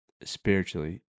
spiritually